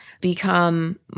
become